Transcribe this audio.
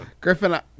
Griffin